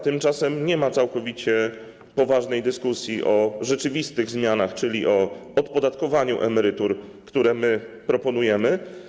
Tymczasem nie ma całkowicie poważnej dyskusji o rzeczywistych zmianach, czyli o odpodatkowaniu emerytur, które my proponujemy.